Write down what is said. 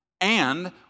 and